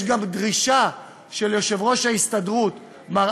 יש גם דרישה של יושב-ראש ההסתדרות מר